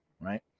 Right